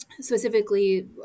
specifically